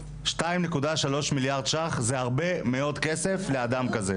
2.3 מיליארד ש"ח זה הרבה מאוד כסף לאדם כזה.